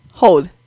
hold